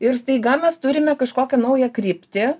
ir staiga mes turime kažkokią naują kryptį